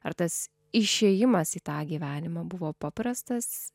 ar tas išėjimas į tą gyvenimą buvo paprastas